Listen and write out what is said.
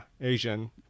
Asian